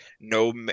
No